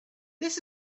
this